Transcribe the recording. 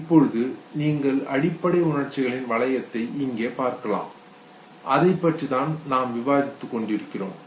இப்போது நீங்கள் அடிப்படை உணர்ச்சிகளின் வளையத்தை இங்கே பார்க்கலாம் அதை பற்றிதான் நாம் விவாதித்துக் கொண்டிருக்கிறோம்